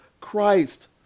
Christ